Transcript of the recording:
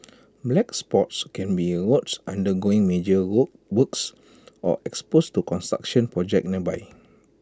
black spots can be roads undergoing major goal works or exposed to construction projects nearby